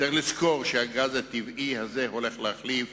צריך לזכור שהגז הטבעי הזה הולך להחליף